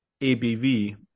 ABV